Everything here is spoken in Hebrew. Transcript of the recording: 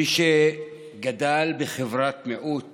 כמי שגדל בחברת מיעוט